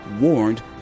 warned